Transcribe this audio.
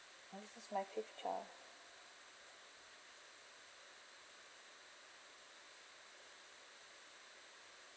oh this is my fifth child